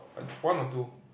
one or two